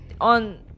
on